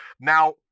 Now